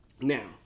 Now